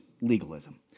legalism